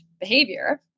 behavior